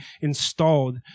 installed